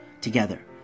together